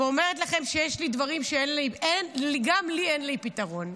ואומרת לכם שיש לי דברים שגם לי אין פתרון.